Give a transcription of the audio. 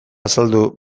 azaldu